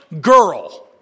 girl